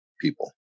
people